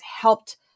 helped